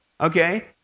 Okay